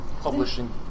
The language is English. publishing